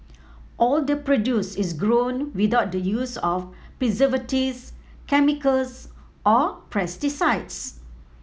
all the produce is grown without the use of preservatives chemicals or pesticides